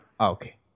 Okay